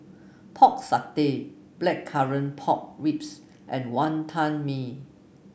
Pork Satay Blackcurrant Pork Ribs and Wonton Mee